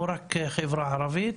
לא רק החברה הערבית.